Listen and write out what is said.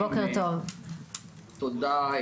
תודה,